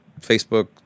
Facebook